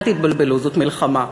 אל תתבלבלו, זאת מלחמה,